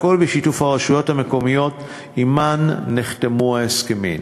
והכול בשיתוף הרשויות המקומיות שעמן נחתמו ההסכמים.